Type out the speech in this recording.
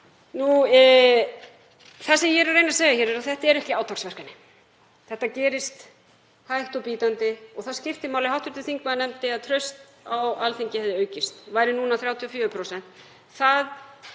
Það sem ég er að reyna að segja hér er að þetta eru ekki átaksverkefni, þetta gerist hægt og bítandi og það skiptir máli — hv. þingmaður nefndi að traust á Alþingi hefði aukist, væri núna 34%.